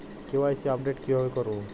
KYC update কিভাবে করবো?